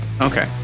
Okay